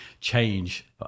change